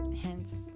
hence